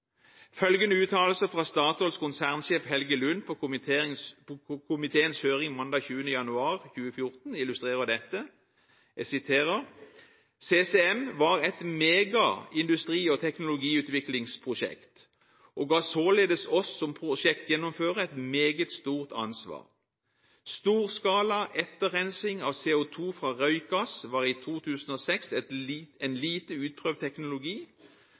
Følgende uttalelse fra Statoils konsernsjef Helge Lund på komiteens høring mandag 20. januar 2014 illustrerer dette: «CCM var et mega industri- og teknologiutviklingsprosjekt og ga således oss som prosjektgjennomfører et meget stort ansvar. Storskala etterrensing av CO2 fra røykgass var i 2006 en lite utprøvd teknologi.